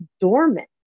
dormant